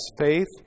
faith